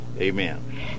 Amen